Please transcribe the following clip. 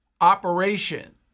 operation